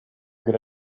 good